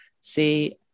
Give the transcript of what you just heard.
see